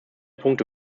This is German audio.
punkte